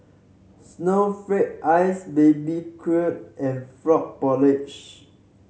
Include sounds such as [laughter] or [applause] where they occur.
snowflake ice baby [unintelligible] and frog [unintelligible]